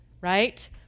right